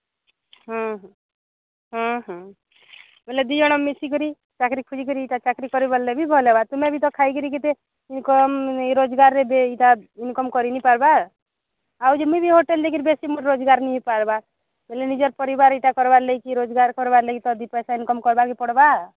ହୁଁ ହୁଁ ହୁଁ ହୁଁ ବୋଲେ ଦୁଇଜଣ ମିଶିକରି ଚାକିରୀ ଖୋଜିକରି ଏଇଟା ଚାକିରୀ କରିବାର ଲାଗି ବି ଭଲ ହେବ ତୁମେ ବି ତ ଖାଇକିରି କେତେ କମ୍ ରୋଜଗାରରେ ବି ଏଇଟା ଇନକମ୍ କରିନେଇ ପାରିବା ଆଉ ଯେମିତି ହୋଟେଲ୍ରେ କିଛି ବେଶୀ ମୁଁ ରୋଜଗାର ନାଇଁ ହୋଇପାରିବା ବୋଇଲେ ନିଜର ପରିବାର ଏଇଟା କରିବାର ଲାଗିକି ରୋଜଗାର କରିବାର ଲାଗିକି ତ ଦୁଇପଇସା ଇନକମ୍ କରିବାକୁ ପଡ଼ିବ